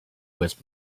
was